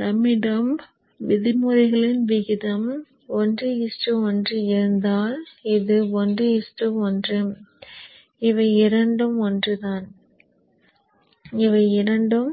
நம்மிடம் விதிமுறைகளின் விகிதம் 1 1 இருந்தால் இது 1 1 இவை இரண்டும் ஒன்றே இவை இரண்டும்